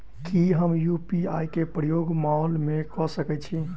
की हम यु.पी.आई केँ प्रयोग माल मै कऽ सकैत छी?